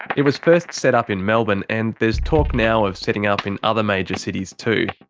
it was first set up in melbourne, and there's talk now of setting up in other major cities too.